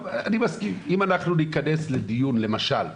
אני מסכים, אם ניכנס לדיון למשל,